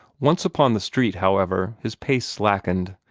once upon the street, however, his pace slackened.